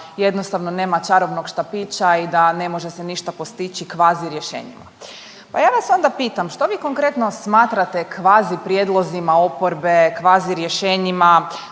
jednostavno nema čarobnog štapića i da ne može se ništa postići kvazi rješenjima. Pa ja vas onda pitam, što vi konkretno smatrate kvazi prijedlozima oporbe, kvazi rješenjima,